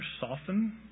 soften